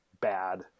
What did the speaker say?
bad